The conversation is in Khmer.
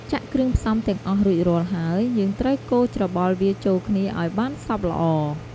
ចាក់គ្រឿងផ្សំទាំងអស់រួចរាល់ហើយ យើងត្រូវកូរច្របល់វាចូលគ្នាឲ្យបានសព្វល្អ។